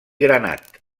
granat